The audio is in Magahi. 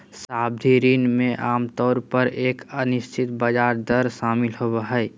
सावधि ऋण में आमतौर पर एक अनिश्चित ब्याज दर शामिल होबो हइ